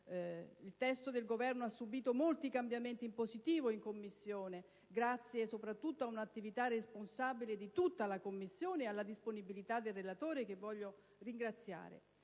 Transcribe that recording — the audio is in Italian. il testo del Governo ha subito molti cambiamenti in positivo Commissione , grazie soprattutto a un'attività responsabile di tutta la Commissione e alla disponibilità del relatore, che voglio ringraziare.